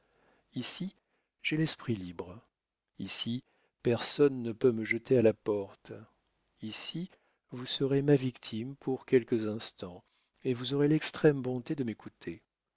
j'ai l'esprit libre ici personne ne peut me jeter à la porte ici vous serez ma victime pour quelques instants et vous aurez l'extrême bonté de m'écouter